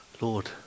Lord